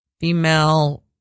female